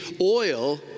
oil